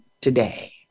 Today